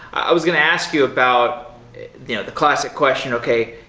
i was going to ask you about the classic question, okay,